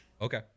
okay